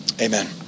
amen